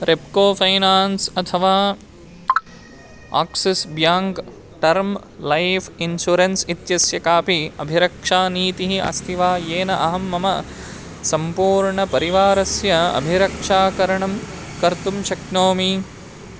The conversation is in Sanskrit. रेप्को फ़ैनान्स अथवा Axis bank term life insurance इत्यस्य कापि अभिरक्षानीतिः अस्ति वा येन अहं मम सम्पूर्णपरिवारस्य अभिरक्षाकरणं कर्तुं शक्नोमि